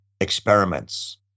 experiments